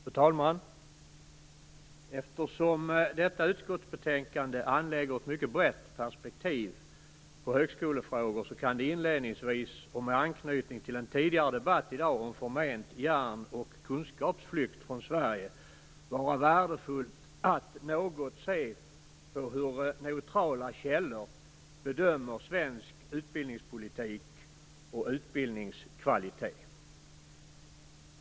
Fru talman! Eftersom detta utskottsbetänkande anlägger ett mycket brett perspektiv på högskolefrågor kan det inledningsvis och med anknytning till en tidigare debatt i dag om förment hjärn och kunskapsflykt från Sverige vara värdefullt att något se på hur neutrala källor bedömer svensk utbildningspolitik och utbildningskvalitet.